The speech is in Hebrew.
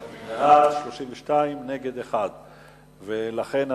בעד, 32, נגד, 1, אין נמנעים.